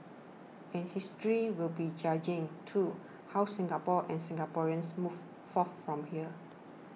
and history will be judging too how Singapore and Singaporeans move forth from here